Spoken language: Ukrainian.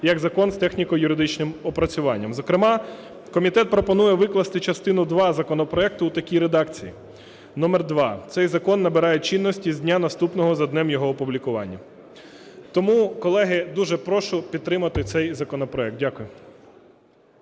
як закон з техніко-юридичним опрацюванням. Зокрема комітет пропонує викласти частину два законопроекту у такій редакції: "Номер 2. Цей закон набирає чинності з дня, наступного за днем його опублікування". Тому, колеги, дуже прошу підтримати цей законопроект. Дякую.